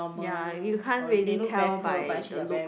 ya you can't really tell by the looks